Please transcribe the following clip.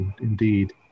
indeed